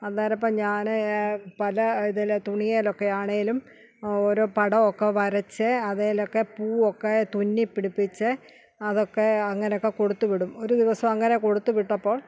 അന്നേരം അപ്പം ഞാൻ പല ഇതിൽ തുണിയിലൊക്കെ ആണെങ്കിലും ഓരോ പടമൊക്കെ വരച്ച് അതിലൊക്കെ പൂവൊക്കെ തുന്നിപ്പിടിപ്പിച്ച് അതൊക്കെ അങ്ങനെയൊക്കെ കൊടുത്തു വിടും ഒരു ദിവസം അങ്ങനെ കൊടുത്ത് വിട്ടപ്പോൾ